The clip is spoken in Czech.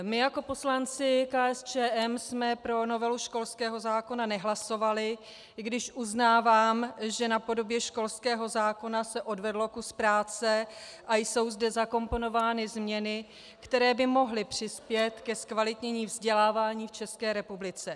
My jako poslanci KSČM jsme pro novelu školského zákona nehlasovali, i když uznávám, že na podobě školského zákona se odvedl kus práce a jsou zde zakomponovány změny, které by mohly přispět ke zkvalitnění vzdělávání v České republice.